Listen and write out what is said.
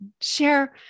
Share